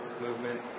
movement